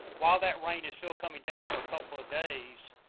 while that rain is still coming down for a couple days,